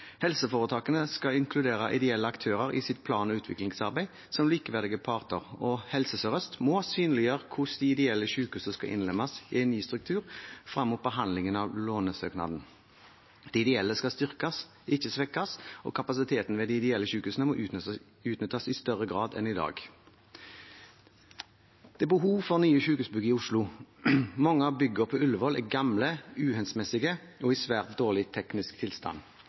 Helseforetakene skal inkludere ideelle aktører som likeverdige parter i sitt plan- og utviklingsarbeid, og Helse Sør-Øst må synliggjøre hvordan de ideelle sykehusene skal innlemmes i en ny struktur frem mot behandlingen av lånesøknaden. De ideelle skal styrkes, ikke svekkes, og kapasiteten ved de ideelle sykehusene må utnyttes i større grad enn i dag. Det er behov for nye sykehusbygg i Oslo. Mange av byggene på Ullevål er gamle, uhensiktsmessige og i svært dårlig teknisk